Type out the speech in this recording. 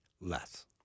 less